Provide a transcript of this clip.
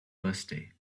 birthday